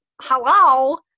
hello